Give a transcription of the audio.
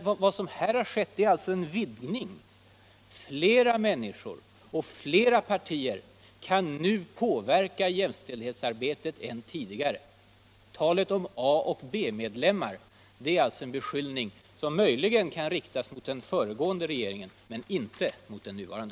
Vad som har skett är alltså en vidgning: Flera människor och flera partier än tidigare kan nu påverka jämställdhetsarbetet. Talet om att det skulle finnas A och B-medlemmar är alltså en beskyllning som möjligen kan riktas mot den föregående regeringen men inte mot den nuvarande.